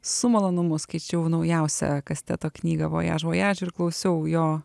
su malonumu skaičiau naujausią kasteto knygą vojaž vojaž ir klausiau jo